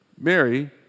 Mary